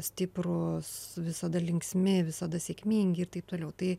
stiprūs visada linksmi visada sėkmingi ir taip toliau tai